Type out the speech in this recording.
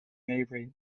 maybury